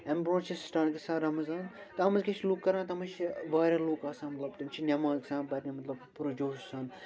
اَمہِ برٛونٛٹھ چھِ سِٹاٹ گَژھان رمضان تتھ منٛز کیٛاہ چھِ لُکھ کَران تتھ منٛز چھِ وارِیاہ لُکھ آسان مطلب تِم چھِ نٮ۪ماز گژھان پرنہِ مطلب پُرٕجوش سان